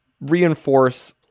reinforce